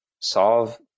solve